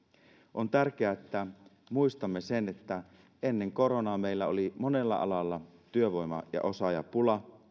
on tärkeää että muistamme sen että ennen koronaa meillä oli monella alalla työvoima ja osaajapula